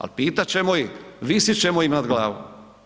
Ali pitat ćemo ih, visit ćemo im nad glavom.